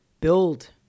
build